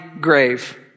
grave